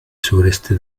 sureste